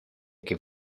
que